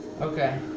Okay